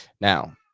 now